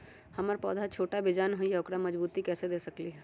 हमर पौधा छोटा बेजान हई उकरा मजबूती कैसे दे सकली ह?